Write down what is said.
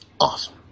Awesome